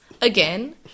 again